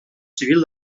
civil